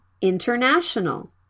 international